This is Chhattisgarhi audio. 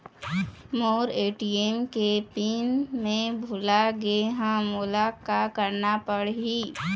मोर ए.टी.एम के पिन मैं भुला गैर ह, मोला का करना पढ़ही?